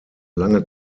lange